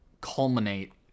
Culminate